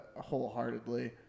wholeheartedly